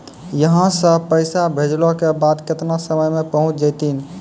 यहां सा पैसा भेजलो के बाद केतना समय मे पहुंच जैतीन?